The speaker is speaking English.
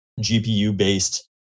GPU-based